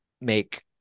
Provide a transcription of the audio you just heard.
make